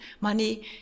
Money